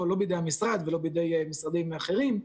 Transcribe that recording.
לא בידי המשרד ולא בידי משרדים אחרים.